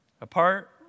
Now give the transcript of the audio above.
apart